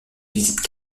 visite